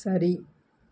சரி